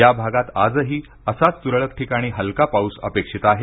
या भागात आजही असाच तुरळक ठिकाणी हलका पाऊस अपेक्षित आहे